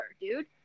dude